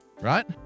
Right